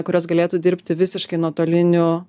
kurios galėtų dirbti visiškai nuotoliniu